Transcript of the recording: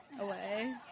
away